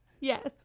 yes